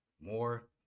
more